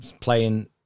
playing